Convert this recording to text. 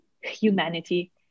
humanity